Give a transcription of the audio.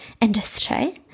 industry